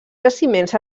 jaciments